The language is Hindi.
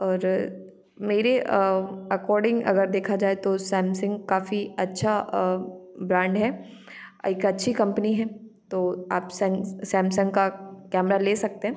और अ मेरे अ अकॉर्डिंग अगर देखा जाए तो सैमसंग काफी अच्छा अ ब्रांड है एक अच्छी कंपनी है तो आप सैम सैमसंग का कैमरा ले सकते हैं